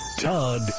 Todd